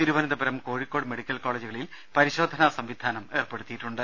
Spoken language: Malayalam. തിരുവനന്തപുരം കോഴിക്കോട് മെഡിക്കൽ കോളജുകളിൽ പരിശോധനാ സംവിധാനം ഏർപ്പെടുത്തിയിട്ടുണ്ട്